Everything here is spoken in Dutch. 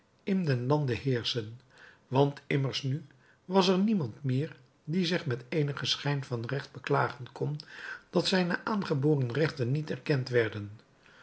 in den lande heerschen want immers nu was er niemand meer die zich met eenigen schijn van recht beklagen kon dat zijne aangeboren rechten niet erkend werden